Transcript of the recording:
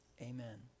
Amen